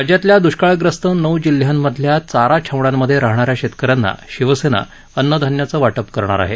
राज्यातल्या दृष्काळग्रस्त नऊ जिल्ह्यांमधल्या चारा छावण्यांमध्ये राहणाऱ्या शेतकऱ्यांना शिवसेना अन्नधान्याचं वाटप करणार आहे